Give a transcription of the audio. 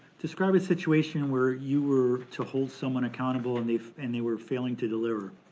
describe a situation where you were to hold someone accountable and they and they were failing to deliver.